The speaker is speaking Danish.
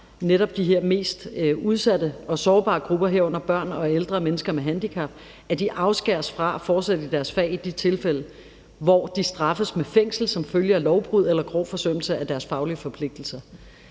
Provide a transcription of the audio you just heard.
netop de her mest udsatte og sårbare grupper, herunder børn og ældre mennesker med handicap, afskæres fra at fortsætte i deres fag i de tilfælde, hvor de straffes med fængsel som følge af lovbrud eller grov forsømmelse af deres faglige forpligtelser.